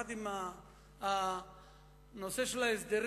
יחד עם הנושא של ההסדרים,